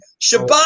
Shabbat